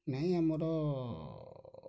ନାହିଁ ଆମର